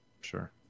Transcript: Sure